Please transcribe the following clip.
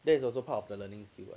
that is also part of the learning skill [what]